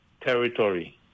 territory